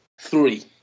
three